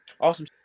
Awesome